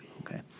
Okay